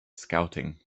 scouting